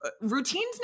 routines